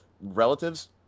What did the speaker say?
relatives